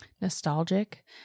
nostalgic